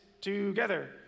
together